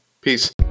Peace